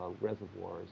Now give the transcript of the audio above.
reservoirs